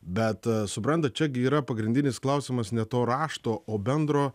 bet suprantat čia gi yra pagrindinis klausimas ne to rašto o bendro